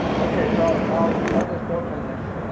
ok, so i'll just open this